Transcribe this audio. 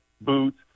boots